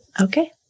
Okay